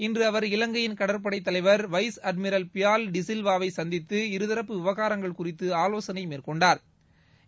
இன்று அவர் இலங்கையின் கடற்படை தலைவர் வைஸ் அட்மிரல் பியால் டி சில்வாவை சந்தித்து இருதரப்பு விவகாரங்கள் குறித்து ஆலோசனை மேற்கொண்டாா்